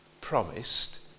promised